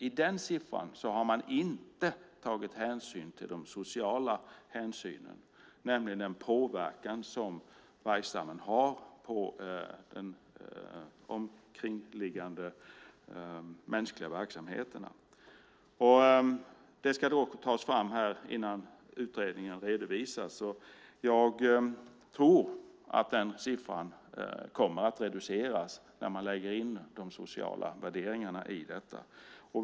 I den siffran har man inte tagit hänsyn till de sociala omständigheterna, nämligen den påverkan som vargstammen har på de omkringliggande mänskliga verksamheterna. Det ska tas fram innan utredningen redovisas. Jag tror att den här siffran kommer att reduceras när man lägger in de sociala värderingarna i detta.